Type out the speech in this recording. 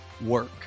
work